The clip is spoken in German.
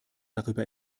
darüber